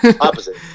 Opposite